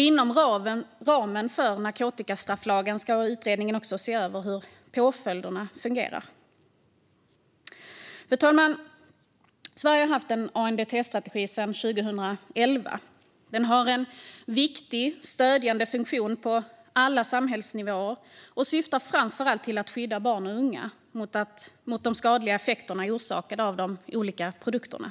Inom ramen för narkotikastrafflagen ska utredningen också se över hur påföljderna fungerar. Fru talman! Sverige har haft en ANDT-strategi sedan 2011. Den har en viktig stödjande funktion på alla samhällsnivåer och syftar framför allt till att skydda barn och unga mot skadliga effekter orsakade av de olika produkterna.